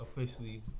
officially